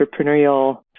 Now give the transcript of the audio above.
entrepreneurial